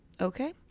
okay